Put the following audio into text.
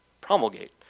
promulgate